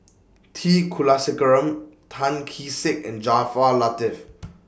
T Kulasekaram Tan Kee Sek and Jaafar Latiff